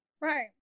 Right